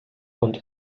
und